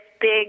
big